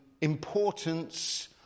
importance